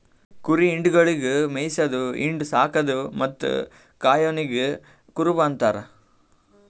ಕುರಿ ಹಿಂಡುಗೊಳಿಗ್ ಮೇಯಿಸದು, ಹಿಂಡು, ಸಾಕದು ಮತ್ತ್ ಕಾಯೋನಿಗ್ ಕುರುಬ ಅಂತಾರ